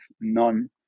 none